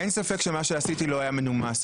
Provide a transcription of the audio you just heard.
אין ספק שמה שעשיתי לא היה מנומס.